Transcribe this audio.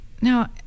now